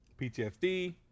PTSD